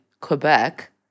Quebec